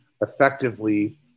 effectively